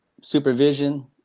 supervision